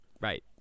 right